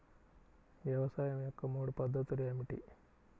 వ్యవసాయం యొక్క మూడు పద్ధతులు ఏమిటి?